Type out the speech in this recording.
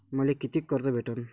मले कितीक कर्ज भेटन?